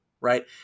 right